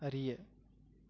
அறிய